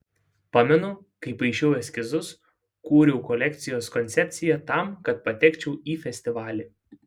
pamenu kaip paišiau eskizus kūriau kolekcijos koncepciją tam kad patekčiau į festivalį